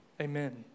amen